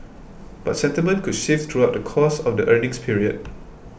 but sentiment could shift throughout the course of the earnings period